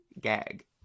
Gag